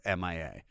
MIA